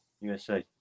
USA